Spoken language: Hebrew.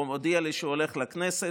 הוא הודיע לי שהוא הולך לכנסת,